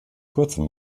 kurzem